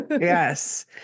Yes